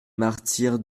martyrs